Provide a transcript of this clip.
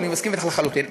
אני מסכים אתך לחלוטין,